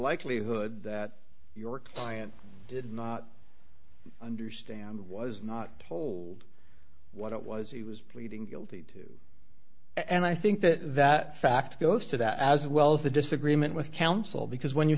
likelihood that your client did not understand was not what it was he was pleading guilty to and i think that that fact goes to that as well as the disagreement with counsel because when you